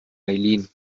eileen